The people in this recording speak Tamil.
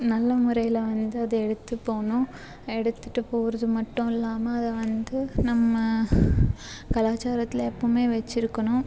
நல்ல முறையில் வந்து அதை எடுத்துப்போகணும் எடுத்துட்டு போகிறது மட்டும் இல்லாமல் அதை வந்து நம்ம கலாச்சாரத்தில் எப்பவுமே வச்சிருக்கணும்